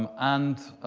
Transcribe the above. um and